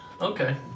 Okay